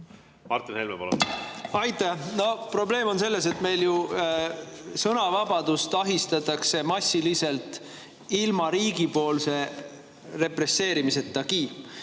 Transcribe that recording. Martin Helme, palun! Aitäh! No probleem on selles, et meil sõnavabadust ahistatakse massiliselt ilma riigipoolse represseerimisetagi.